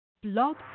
Blog